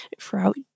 throughout